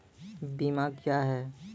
बीमा क्या हैं?